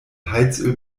heizöl